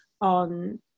on